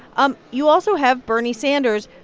um you also have bernie sanders,